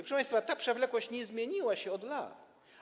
Proszę państwa, ta przewlekłość nie zmieniła się od lat.